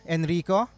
Enrico